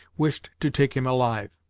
wished to take him alive.